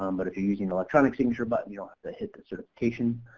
um but if you're using electronic signature button you don't have to hit the certification.